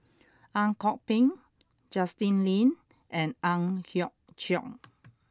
Ang Kok Peng Justin Lean and Ang Hiong Chiok